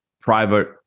private